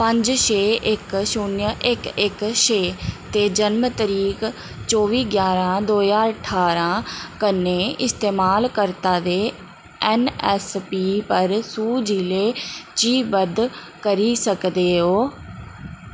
पंज शून्य इक इक छे ते जन्म तरीक चौबी ग्जारां रां कन्नै इस्तेमालकर्ता दे ऐन ऐस पी पर सू जिले च करी सकदे ओ